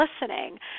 listening